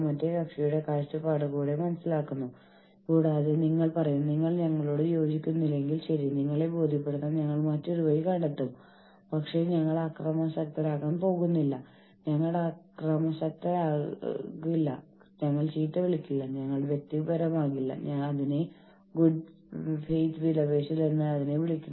management യൂണിയനെ അതിന്റെ ജീവനക്കാരന്റെ നിയമാനുസൃത പ്രതിനിധിയായി കാണാൻ തിരഞ്ഞെടുക്കുകയും ജോലിസ്ഥലത്തെ നിയമങ്ങൾ സ്ഥാപിക്കുന്നതിനുള്ള ഉചിതമായ സംവിധാനമെന്ന നിലയിൽ കൂട്ടായ വിലപേശൽ അംഗീകരിക്കുകയും ചെയ്യുന്നതിനെ യൂണിയൻ സ്വീകാര്യത തന്ത്രം എന്ന് വിളിക്കുന്നു